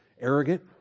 arrogant